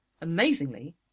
Amazingly